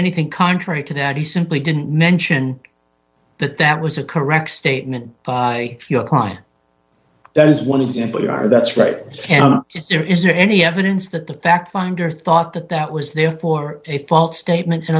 anything contrary to that he simply didn't mention that that was a correct statement by your client there is one example you are that's right it cannot is there is there any evidence that the fact finder thought that that was therefore a false statement in